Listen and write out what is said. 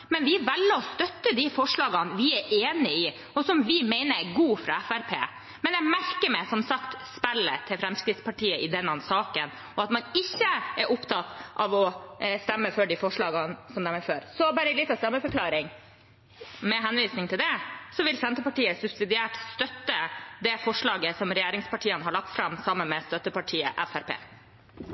men vi velger å støtte de forslagene vi er enig i, og som vi mener er gode, fra Fremskrittspartiet. Men jeg merker meg som sagt spillet til Fremskrittspartiet i denne saken, og at man ikke er opptatt av å stemme for de forslagene man er for. Så bare en liten stemmeforklaring – med henvisning til det: Senterpartiet vil subsidiært støtte det forslaget regjeringspartiene har lagt fram sammen med støttepartiet